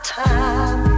time